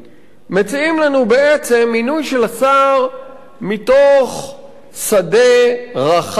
מציעים לנו בעצם מינוי של השר מתוך שדה רחב,